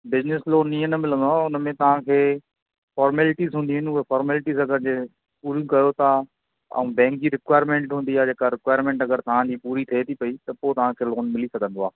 business loan इअं न मिलंदो आहे हुन में तव्हांखे फॉर्मेलिटीस हूंदी हिनजो फॉर्मेलिटीस अगरि जे पूरी कयो था ऐं बैंक जी रिक्वाएरमेंट हूंदी आहे जेका रिक्वाएरमेंट अगरि तव्हांजी पूरी थिए थी पेई त पोइ तव्हांखे लोन मिली सघंदो आहे